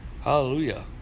Hallelujah